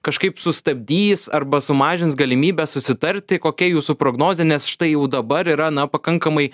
kažkaip sustabdys arba sumažins galimybę susitarti kokia jūsų prognozė nes štai jau dabar yra na pakankamai